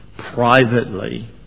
Privately